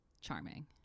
Charming